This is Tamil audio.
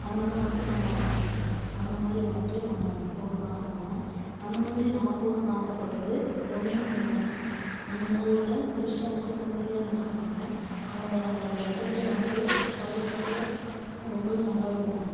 அதனால் வந்துட்டு நம்ம அந்த மாதிரி வந்துட்டு நம்ம போடணுன் ஆசைப்படுவோம் அந்த மாதிரி நான் போடணும்னு ஆசைப்பட்டது பொன்னியின் செல்வன் அந்த மூவியில் திரிஷா வந்துட்டு குந்தவையா நடித்திருப்பாங்க அவங்களோட அந்த கெட்டப்பே வந்துட்டு பழைய ஸ்டைலு ரொம்பவே நல்லா இருக்கும்